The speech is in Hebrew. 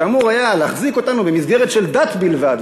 שאמור היה להחזיק אותנו במסגרת של דת בלבד,